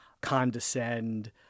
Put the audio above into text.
condescend